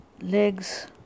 legs